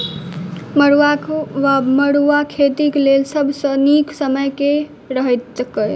मरुआक वा मड़ुआ खेतीक लेल सब सऽ नीक समय केँ रहतैक?